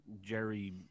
Jerry